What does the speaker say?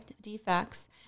defects